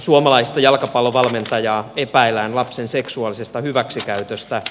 suomalaista jalkapallovalmentajaa epäillään lapsen seksuaalisesta hyväksikäytöstä